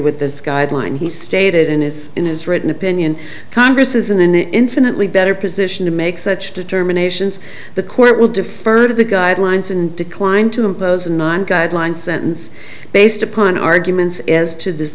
with this guideline he stated in his in his written opinion congress isn't an infinitely better position to make such determinations the court will defer to the guidelines and declined to impose not guidelines sentence based upon arguments as to the